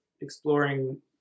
exploring